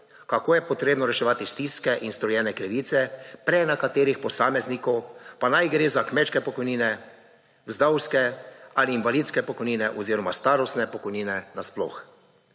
kako je potrebno reševati stiske in storjene krivice prej nekaterih posameznikov pa naj gre za kmečke pokojnine, vdovske ali invalidske pokojnine oziroma starostne upokojitve na sploh.